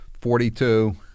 Forty-two